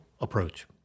approach